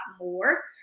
more